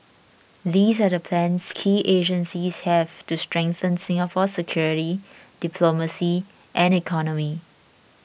these are the plans key agencies have to strengthen Singapore's security diplomacy and economy